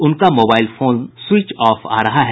उनका mobile phone switch off आ रहा है